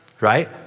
Right